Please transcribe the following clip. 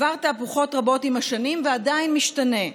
עבר תהפוכות רבות עם השנים, ועדיין משתנה,